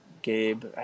Gabe